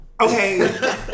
Okay